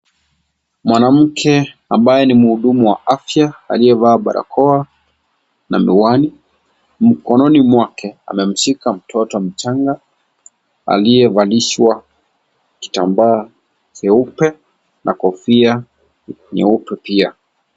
Mwanamke ambaye ni muhudumu wa afya alievaa barakoa na miwani. Mkononi mwake amemshika mtoto mchanga aliewalishwa kitambaa cheupe na kofia nyeupe pia.